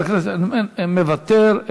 מוותר,